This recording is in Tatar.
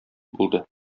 булды